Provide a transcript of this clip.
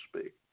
speak